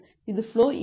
இது ஃபுலோ 2